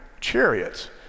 chariots